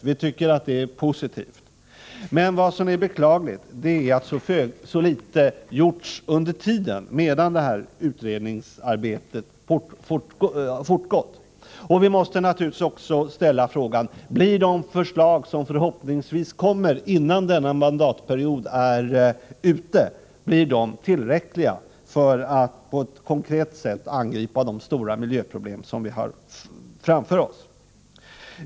Vi tycker att det är positivt, men vad som är beklagligt är att så litet gjorts medan utredningsarbetet fortgått. Vi måste naturligtvis också ställa frågan: Blir de förslag som förhoppningsvis kommer innan denna mandatperiod är ute tillräckliga för att på ett konkret sätt angripa de stora miljöproblem som vi har framför oss?